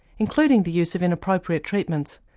including the use of inappropriate treatments.